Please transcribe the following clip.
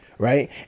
right